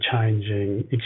changing